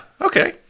okay